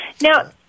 Now